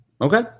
Okay